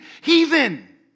heathen